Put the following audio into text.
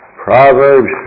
Proverbs